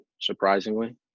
surprisingly